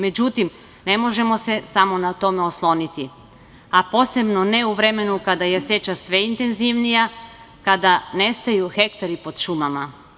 Međutim, ne možemo se samo na tome osloniti, a posebno ne u vremenu kada je seča sve intenzivnija, kada nestaju hektari pod šumama.